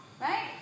Right